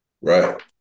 Right